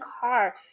car